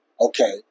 okay